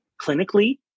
clinically